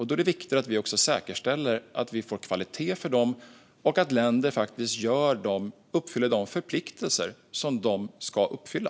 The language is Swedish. Då är det viktigt att vi säkerställer att vi får kvalitet för dem och att länder faktiskt uppfyller de förpliktelser som de ska uppfylla.